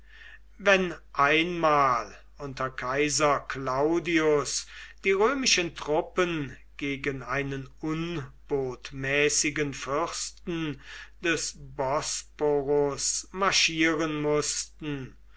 wenn einmal unter kaiser claudius die römischen truppen gegen einen unbotmäßigen fürsten des bosporus marschieren mußten